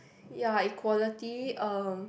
ya equality um